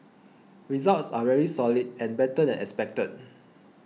results are very solid and better than expected